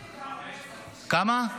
כמה?